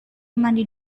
mandi